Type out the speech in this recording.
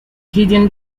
hidden